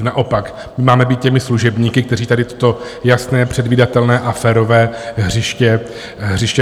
Naopak, my máme být těmi služebníky, kteří tady toto jasné, předvídatelné a férové hřiště nakreslí.